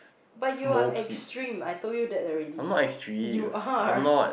but you are extreme I told you that already you are